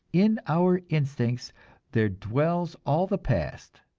in our instincts there dwells all the past,